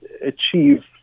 achieve